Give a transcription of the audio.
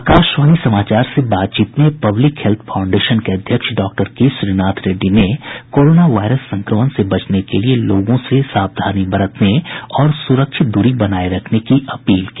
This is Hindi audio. आकाशवाणी समाचार से बातचीत में पब्लिक हेल्थ फाउंडेशन के अध्यक्ष डॉक्टर के श्रीनाथ रेड्डी ने कोरोना वायरस संक्रमण से बचने के लिए लोगों से सावधानी बरतने और सुरक्षित दूरी बनाए रखने की अपील की